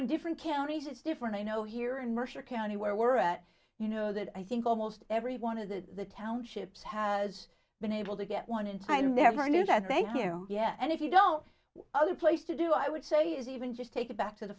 in different counties it's different i know here in mercer county where we're at you know that i think almost every one of the townships has been able to get one in time never knew that they hear oh yeah and if you don't other place to do i would say is even just take it back to the